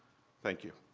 thank you.